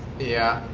yeah.